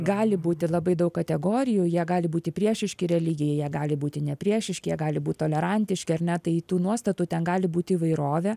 gali būt ir labai daug kategorijų jie gali būti priešiški religijai jie gali būti nepriešiški jie gali būt tolerantiški ar ne tai tų nuostatų ten gali būt įvairovė